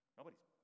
nobody's